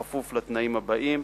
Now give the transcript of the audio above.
בכפוף לתנאים הבאים: